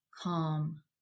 calm